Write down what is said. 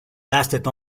lasted